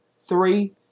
three